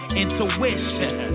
intuition